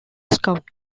scout